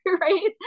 right